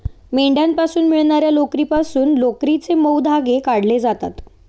मेंढ्यांपासून मिळणार्या लोकरीपासून लोकरीचे मऊ धागे काढले जातात